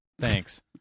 thanks